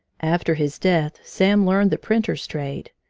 after his death sam learned the printer's trade.